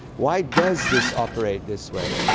why does this operate this way?